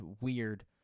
weird